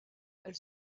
elle